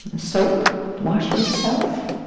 soap, wash yourself,